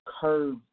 curve